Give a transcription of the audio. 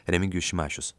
remigijus šimašius